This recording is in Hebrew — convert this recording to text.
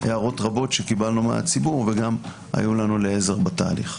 הערות רבות שקיבלנו מהציבור וגם היו לנו לעזר בתהליך.